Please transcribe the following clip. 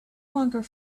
longer